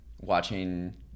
watching